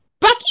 Bucky